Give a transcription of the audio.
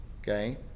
okay